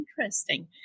interesting